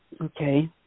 Okay